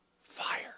fire